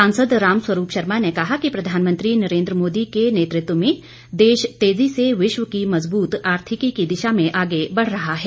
सांसद रामस्वरूप शर्मा ने कहा कि प्रधानमंत्री नरेन्द्र मोदी के नेतृत्व में देश तेजी से विश्व की मजबूत आर्थिकी की दिशा में आगे बढ़ रहा है